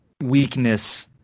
weakness